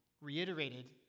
reiterated